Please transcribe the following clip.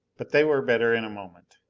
but they were better in a moment.